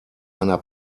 einer